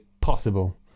possible